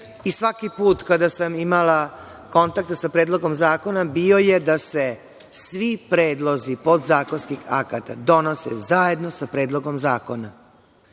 i svaki put kada sam imala kontakt sa predlogom zakona, bio je da se svi predlozi podzakonskih akata donose zajedno sa predlogom zakona.